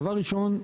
דבר ראשון,